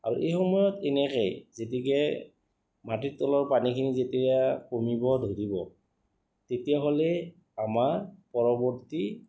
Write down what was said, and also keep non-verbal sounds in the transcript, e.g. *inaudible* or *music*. আৰু এই সময়ত এনেকৈ *unintelligible* মাটিৰ তলৰ পানীখিনি যেতিয়া কমিব ধৰিব তেতিয়াহ'লে আমাৰ পৰৱৰ্তী